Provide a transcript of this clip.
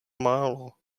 málo